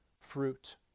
fruit